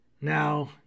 Now